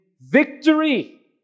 victory